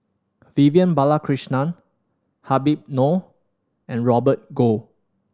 Vivian Balakrishnan Habib Noh and Robert Goh